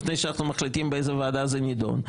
לפני שאנחנו מחליטים באיזו ועדה זה נידון,